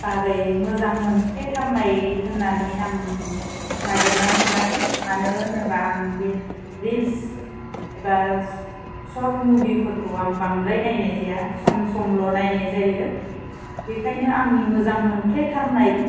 बागै मोजां मोनफ्लेथारनाय होननानै आं नागिरनानै मोनाखै मानो होनोब्ला आं बे रिल्स एबा शर्ट मुाभिफोरखौ आं बांद्राय नायनाय जाया सम समल' नायनाय जायो बेखायनो आंनि मोजां मोनफ्लेथारनाय